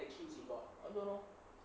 I don't know